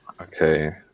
Okay